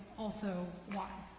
also why?